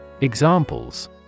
Examples